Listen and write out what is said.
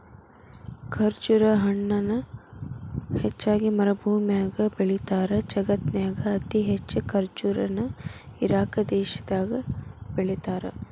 ಖರ್ಜುರ ಹಣ್ಣನ ಹೆಚ್ಚಾಗಿ ಮರಭೂಮ್ಯಾಗ ಬೆಳೇತಾರ, ಜಗತ್ತಿನ್ಯಾಗ ಅತಿ ಹೆಚ್ಚ್ ಖರ್ಜುರ ನ ಇರಾಕ್ ದೇಶದಾಗ ಬೆಳೇತಾರ